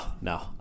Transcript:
no